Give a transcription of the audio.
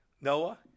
Noah